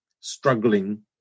struggling